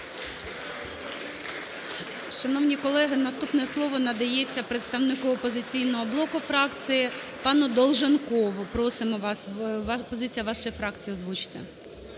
Шановні колеги, наступне слово надається представнику "Опозиційного блоку" фракції пану Долженкову. Просимо вас, позицію вашої фракції озвучте.